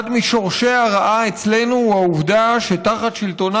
אחד משורשי הרעה אצלנו הוא העובדה שתחת שלטונה